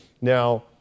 Now